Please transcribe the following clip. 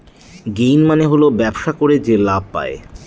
gain মানে হল ব্যবসা করে যে লাভ পায়